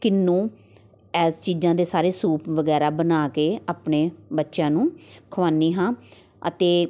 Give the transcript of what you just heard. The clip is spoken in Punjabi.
ਕਿਨੂੰ ਐਸ ਚੀਜ਼ਾਂ ਦੇ ਸਾਰੇ ਸੂਪ ਵਗੈਰਾ ਬਣਾ ਕੇ ਆਪਣੇ ਬੱਚਿਆਂ ਨੂੰ ਖਿਲਾਉਂਦੀ ਹਾਂ ਅਤੇ